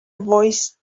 voice